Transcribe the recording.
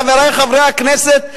חברי חברי הכנסת,